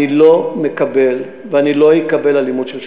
אני לא מקבל ואני לא אקבל אלימות של שוטרים,